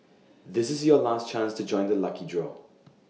this is your last chance to join the lucky draw